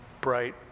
bright